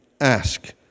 ask